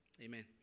amen